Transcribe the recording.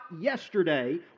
yesterday